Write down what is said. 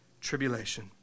tribulation